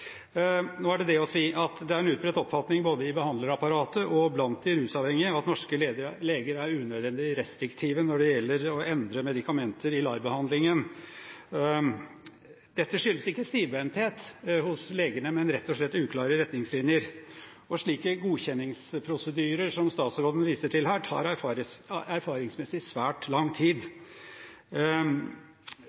Det er en utbredt oppfatning både i behandlerapparatet og blant de rusavhengige at norske leger er unødvendig restriktive når det gjelder å endre medikamenter i LAR-behandlingen. Dette skyldes ikke stivbenthet hos legene, men rett og slett uklare retningslinjer. Og slike godkjenningsprosedyrer som statsråden viser til her, tar erfaringsmessig svært lang tid.